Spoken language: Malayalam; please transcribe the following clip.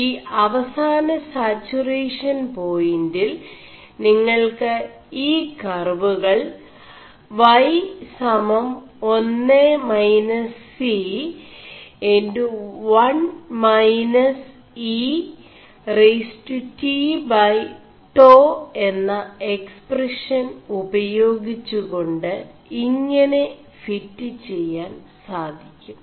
ഈ അവസാന സാക്ggേറഷൻ േപായിłൽ നിÆൾ ് ഈ കർവുകൾ y1 C 1 e tτ എM എക്സ്4പഷൻ ഉപേയാഗിggെകാ് ഇÆെന ഫി് െച ാൻ സാധി ും